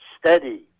steady